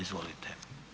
Izvolite.